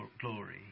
glory